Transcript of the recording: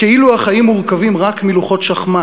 כאילו החיים מורכבים רק מלוחות שחמט,